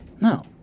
No